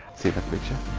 see the picture